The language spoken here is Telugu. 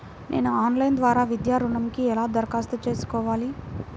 నేను ఆన్లైన్ ద్వారా విద్యా ఋణంకి ఎలా దరఖాస్తు చేసుకోవాలి?